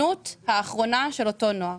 הן בורחות עם דמעות אבל הן